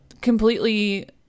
completely